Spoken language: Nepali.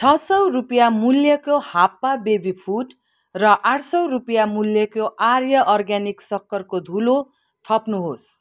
छ सय रुपियाँ मूल्यको हप्पा बेबी फुड र आठ सय रुपियाँ मूल्यको आर्य अर्ग्यानिक सक्खरको धुलो थप्नुहोस्